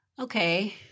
okay